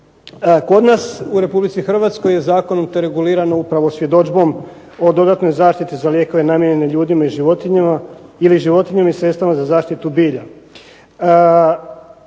Kod nas u Republici Hrvatskoj je zakonom to regulirano upravo svjedodžbom o dodatnoj zaštiti za lijekove namijenjene ljudima i životinjama ili životinjama i sredstvima za zaštitu bilja.